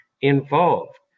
involved